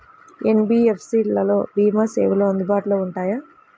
NBFC లలో భీమా సేవలు అందుబాటులో ఉంటాయా?